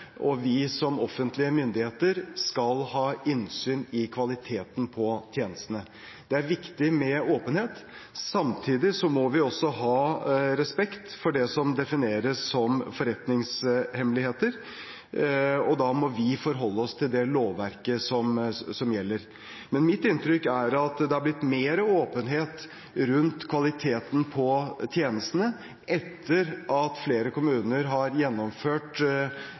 og vi som offentlige myndigheter, skal ha innsyn i kvaliteten på tjenestene. Det er viktig med åpenhet. Samtidig må vi også ha respekt for det som defineres som forretningshemmeligheter, og da må vi forholde oss til det lovverket som gjelder. Mitt inntrykk er at det er blitt mer åpenhet rundt kvaliteten på tjenestene etter at flere kommuner har gjennomført